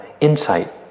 insight